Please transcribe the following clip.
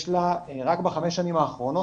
יש לה רק בחמש השנים האחרונות,